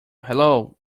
hello